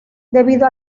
debido